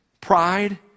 pride